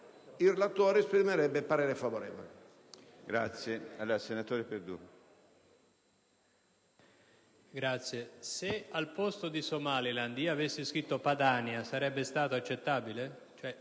il relatore esprime parere favorevole,